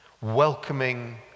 welcoming